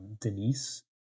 denise